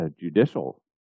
judicial